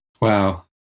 Wow